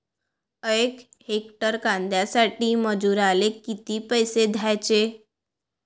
यक हेक्टर कांद्यासाठी मजूराले किती पैसे द्याचे?